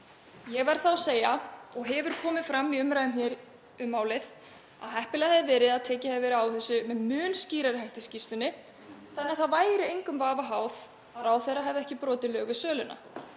Ég verð þá að segja, og hefur komið fram í umræðum um málið, að heppilegt hefði verið ef tekið hefði verið á þessu með mun skýrari hætti í skýrslunni þannig að það væri engum vafa undirorpið að ráðherra hefði ekki brotið lög við söluna.